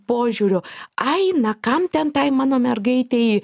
požiūriu ai na kam ten tai mano mergaitei